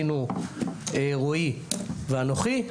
רועי ואנוכי,